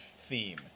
theme